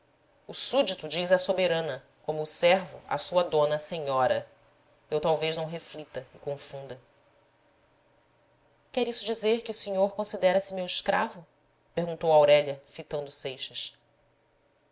o súdito diz à soberana como o servo à sua dona senhóra eu talvez não reflita e confunda quer isso dizer que o senhor considera se meu escravo perguntou aurélia fitando seixas